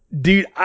Dude